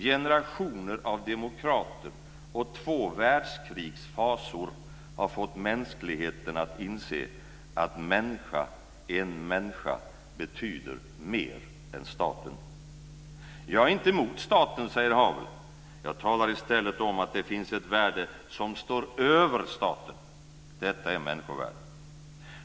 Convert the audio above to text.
Generationer av demokrater och två världskrigs fasor har fått mänskligheten att inse att en människa betyder mer än staten." Jag är inte emot staten, säger Havel. Jag talar i stället om att det finns ett värde som står över staten. Det är människovärdet.